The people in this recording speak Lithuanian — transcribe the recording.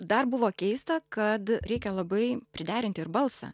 dar buvo keista kad reikia labai priderinti ir balsą